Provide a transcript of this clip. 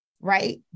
right